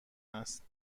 است